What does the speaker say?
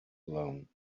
alone